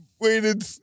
waited